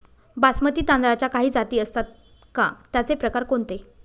बासमती तांदळाच्या काही जाती असतात का, त्याचे प्रकार कोणते?